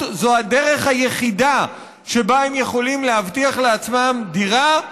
זו הדרך היחידה שבה הם יכולים להבטיח לעצמם דירה,